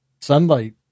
Sunlight